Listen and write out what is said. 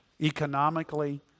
economically